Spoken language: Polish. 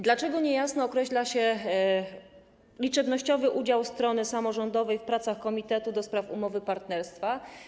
Dlaczego niejasno określa się liczebny udział strony samorządowej w pracach Komitetu do spraw Umowy Partnerstwa?